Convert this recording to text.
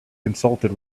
consulted